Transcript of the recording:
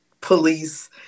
police